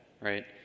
Right